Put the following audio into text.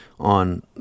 on